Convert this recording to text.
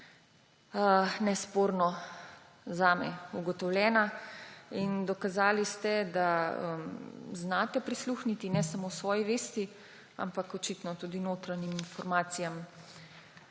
nesporno zame ugotovljena. Dokazali ste, da znate prisluhniti ne samo svoji vesti, ampak očitno tudi notranjim informacijam.